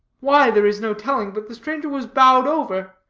why, there is no telling, but the stranger was bowed over,